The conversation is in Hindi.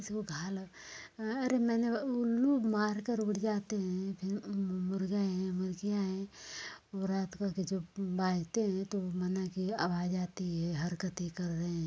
किसी को घाव ल अरे मैंने उल्लू मारकर उड़ जाते हैं फिर मुर्गे हैं मुर्गियाँ हैं वो रात का के जो बांजते हैं तो माना कि आवाज़ आती है हरक़तें कर रहे हैं